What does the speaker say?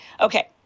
Okay